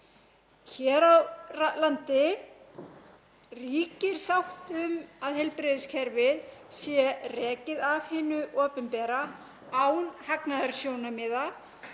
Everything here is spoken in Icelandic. Hér á landi ríkir sátt um að heilbrigðiskerfið sé rekið af hinu opinbera án hagnaðarsjónarmiða